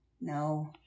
No